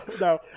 no